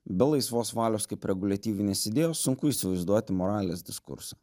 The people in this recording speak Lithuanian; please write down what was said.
be laisvos valios kaip reaguliatyvinės idėjos sunku įsivaizduoti moralės diskursą